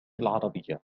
العربية